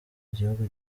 igihugu